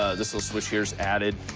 ah this little switch here is added.